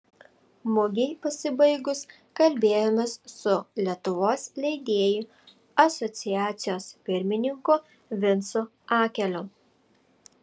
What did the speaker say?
mugei pasibaigus kalbėjomės su lietuvos leidėjų asociacijos pirmininku vincu akeliu